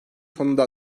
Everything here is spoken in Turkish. sonunda